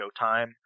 Showtime